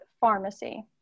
pharmacy